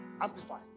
Amplify